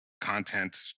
content